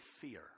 fear